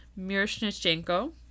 Miroshnichenko